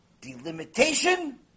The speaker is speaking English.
Delimitation